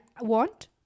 want